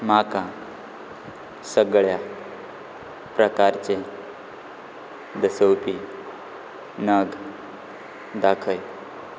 म्हाका सगळ्या प्रकारचे दसोवपी नग दाखय